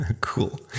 Cool